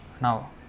now